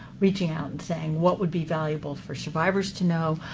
reaching out and saying, what would be valuable for survivors to know?